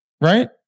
right